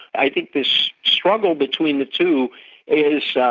i think this struggle between the two is,